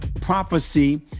prophecy